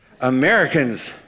Americans